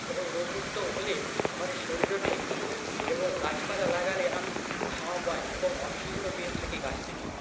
এবং রোগমুক্ত হলে আমাদের শরীরও ঠিক থাকে এবং গাছপালা লাগালে আমি ছায়া পাই এবং অক্সিজেনও পেয়ে থাকি গাছ থেকে